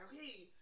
okay